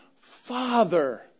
Father